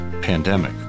pandemic